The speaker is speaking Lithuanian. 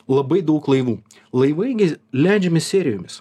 labai daug laivų laivai gi leidžiami serijomis